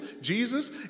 Jesus